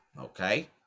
okay